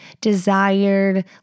desired